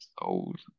old